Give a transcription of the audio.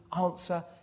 answer